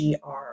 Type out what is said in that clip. GR